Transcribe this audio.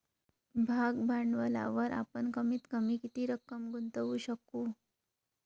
भाग भांडवलावर आपण कमीत कमी किती रक्कम गुंतवू शकू?